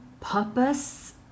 purpose